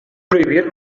prohibir